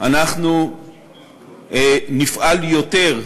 אנחנו נפעל ביותר,